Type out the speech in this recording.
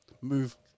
move